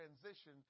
transition